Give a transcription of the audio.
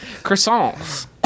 Croissants